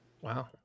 Wow